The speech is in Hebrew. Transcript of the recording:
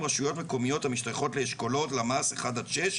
רשויות מקומיות שמשתייכות לאשכולות 1 עד 6,